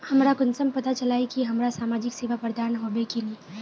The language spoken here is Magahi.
हमरा कुंसम पता चला इ की हमरा समाजिक सेवा प्रदान होबे की नहीं?